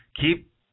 Keep